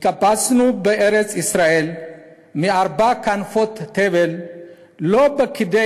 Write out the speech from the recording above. התקבצנו בארץ-ישראל מארבע כנפות תבל לא כדי